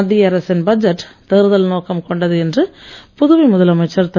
மத்திய அரசின் பட்ஜெட் தேர்தல் நோக்கம் கொண்டது என்று புதுவை முதலமைச்சர் திரு